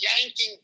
yanking